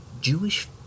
Jewish